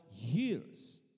years